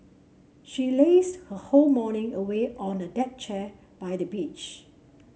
she lazed her whole morning away on a deck chair by the beach